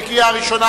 קריאה ראשונה.